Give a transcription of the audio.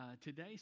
today